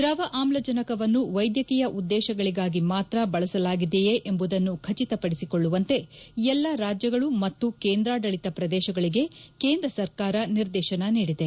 ದ್ರವ ಆಮ್ಲಜನಕವನ್ನು ವೈದ್ಯಕೀಯ ಉದ್ದೇಶಗಳಿಗಾಗಿ ಮಾತ್ರ ಬಳಸಲಾಗಿದೆಯೇ ಎಂಬುದನ್ನು ಖಚಿತಪಡಿಸಿಕೊಳ್ಳುವಂತೆ ಎಲ್ಲ ರಾಜ್ಯಗಳು ಮತ್ತು ಕೇಂದ್ರಾದಳಿತ ಪ್ರದೇಶಗಳಿಗೆ ಕೇಂದ್ರ ಸರ್ಕಾರ ನಿರ್ದೇಶನ ನೀಡಿದೆ